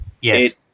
yes